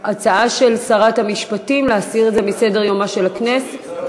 ההצעה של שרת המשפטים היא להסיר את זה מסדר-יומה של הכנסת.